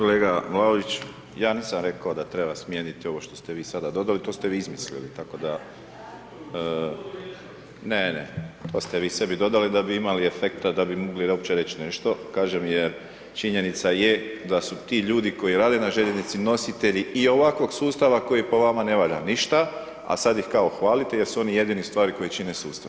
Kolega Vlaović ja nisam rekao da treba smijeniti ovo što ste vi sada dodali, to ste vi izmislili tako da …... [[Upadica se ne čuje.]] Ne, ne to ste vi sebi dodali da bi imali efekta, da bi mogli uopće reći nešto kažem jer činjenica je da su ti ljudi koji rade na željeznici nositelji i ovakvog sustava koji po vama ne valja ništa a sada ih kao hvalite jer su oni jedini ustvari koji čine sustav.